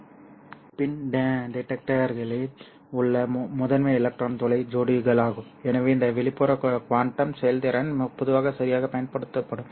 எனவே இது PIN டிடெக்டர்களில் உள்ள முதன்மை எலக்ட்ரான் துளை ஜோடிகளாகும் எனவே இந்த வெளிப்புற குவாண்டம் செயல்திறன் பொதுவாக சரியாகப் பயன்படுத்தப்படும்